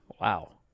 Wow